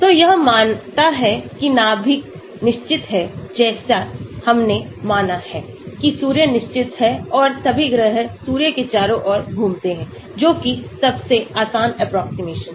तो यह मानता है कि नाभिक निश्चित है जैसे हमने माना है कि सूर्य निश्चित है और सभी ग्रह सूर्य के चारों ओर घूमते हैं जो कि सबसे आसान एप्रोक्सीमेशन है